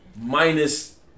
minus